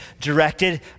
directed